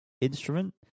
instrument